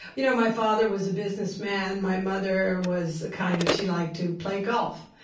you know my father was a businessman. my mother was a kind of she liked to play golf.